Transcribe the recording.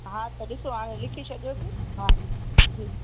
हा त ॾिसो हाणे लिखी छॾियोसि हा जी